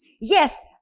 yes